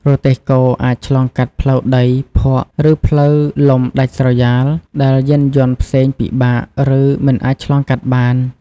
រទេះគោអាចឆ្លងកាត់ ផ្លូវដី ភក់ ឬផ្លូវលំដាច់ស្រយាល ដែលយានយន្តផ្សេងពិបាក ឬមិនអាចឆ្លងកាត់បាន ។